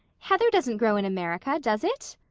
heather doesn't grow in america, does it?